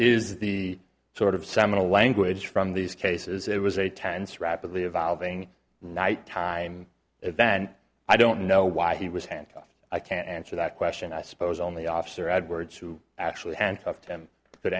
is the sort of seminal language from these cases it was a tense rapidly evolving night time event i don't know why he was handcuffed i can't answer that question i suppose only officer edwards who actually handcuff